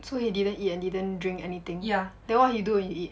so he didn't eat and he didn't drink anything then what he do when you eat